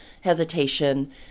hesitation